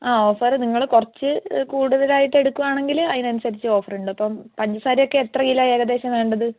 ആ ഓഫറ് നിങ്ങൾ കുറച്ച് കൂടുതലായിട്ട് എടുക്കുകയാണെങ്കിൽ അതിനനുസരിച്ച് ഓഫറുണ്ട് അപ്പം പഞ്ചസാരയൊക്കെ എത്ര കിലോ ഏകദേശം വേണ്ടത്